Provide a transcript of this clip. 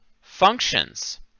functions